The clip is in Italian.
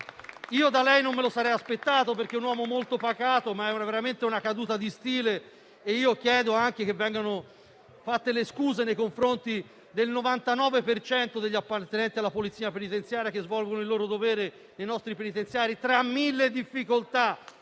da lei non me lo sarei aspettato, perché è un uomo molto pagato: è veramente una caduta di stile, e chiedo quindi che vengono porte le scuse nei confronti del 99 per cento degli appartenenti alla Polizia penitenziaria che svolgono il loro dovere nei nostri